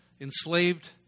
enslaved